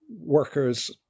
workers